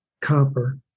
Copper